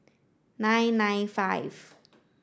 nine nine five